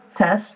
test